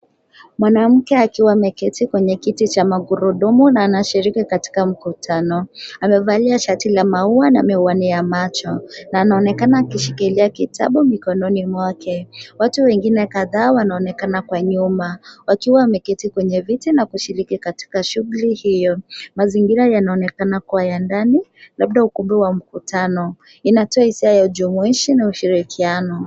Mwanamke akiwa ameketi kwenye kiti cha magurudumu na anashiriki katika mkutano. Amevalia shati la maua na miwani ya macho na anaonekana akishikilia kitabu mikononi mwake. Watu wengine kadhaa wanaonekana kwa nyuma wakiwa wameketi kwenye viti na kushiriki katika shughuli hiyo. Mazingira yanaonekana kuwa ndani labda ukumbi wa mkutano. Inatoa hisia ya ujumuishi na ushirikiano.